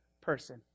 person